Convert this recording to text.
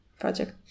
project